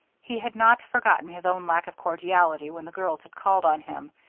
he had not forgotten his own lack of cordiality when the girls had called on him,